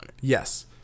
Yes